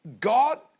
God